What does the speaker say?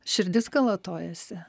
širdis kalatojasi